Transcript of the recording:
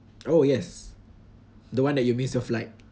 oh yes the one that you missed your flight